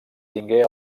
tingué